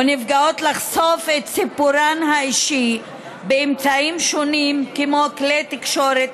לחשוף סיפורן האישי באמצעים שונים כמו כלי תקשורת,